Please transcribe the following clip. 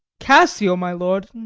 cassio, my lord!